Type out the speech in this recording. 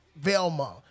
Velma